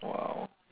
!wow!